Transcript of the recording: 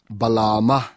balama